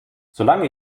solange